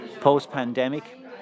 Post-pandemic